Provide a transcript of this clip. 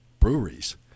breweries